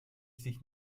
sich